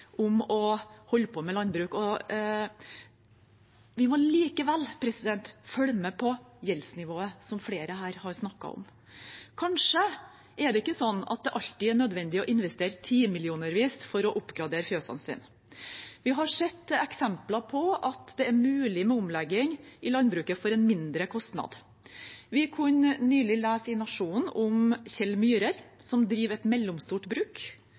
om å holde på med landbruk. Vi må likevel følge med på gjeldsnivået, som flere her har snakket om. Kanskje er det ikke sånn at det alltid er nødvendig å investere timillionervis for å oppgradere fjøsene sine. Vi har sett eksempler på at det er mulig med omlegging i landbruket for en mindre kostnad. Vi kunne nylig lese i Nationen om Kjell Myhrer som driver et mellomstort bruk.